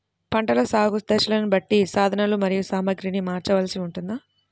పంటల సాగు దశలను బట్టి సాధనలు మరియు సామాగ్రిని మార్చవలసి ఉంటుందా?